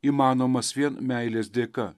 įmanomas vien meilės dėka